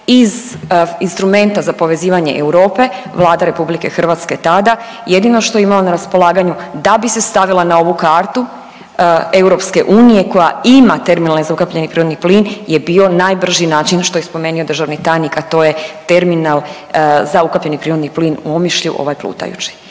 iz instrumenta za povezivanje Europe Vlada RH tada jedino što je imala na raspolaganju da bi se stavila na ovu kartu EU koja ima terminale za ukapljeni prirodni plin je bio najbrži način što je spomenio državni tajnik, a to je terminal za ukapljeni prirodni plin u Omišlju ovaj plutajući.